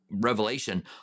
Revelation